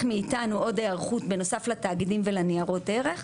מאיתנו עוד היערכות בנוסף לתאגידים ולניירות הערך,